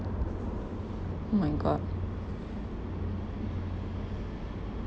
oh my god